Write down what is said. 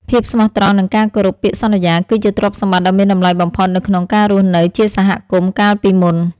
ភាពស្មោះត្រង់និងការគោរពពាក្យសន្យា គឺជាទ្រព្យសម្បត្តិដ៏មានតម្លៃបំផុតនៅក្នុងការរស់នៅជាសហគមន៍កាលពីមុន។